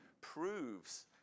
proves